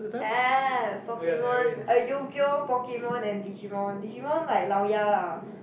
have Pokemon Yu-Gi-Oh Pokemon and Digimon Digimon like lao ya lah